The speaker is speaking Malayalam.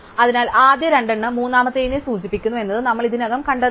അതിനാൽ ആദ്യ രണ്ടെണ്ണം മൂന്നാമത്തേതിനെ സൂചിപ്പിക്കുന്നു എന്നത് നമ്മൾ ഇതിനകം കണ്ടതാണ്